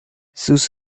sus